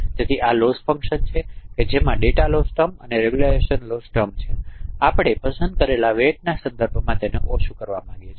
તેથી આ loss function છે જેમાં ડેટા લોસ ટર્મ અને રેગ્યુલાઇઝેશન લોસ ટર્મ છે આપણે પસંદ કરેલા વેટના સંદર્ભમાં તેને ઓછું કરવા માંગીએ છીએ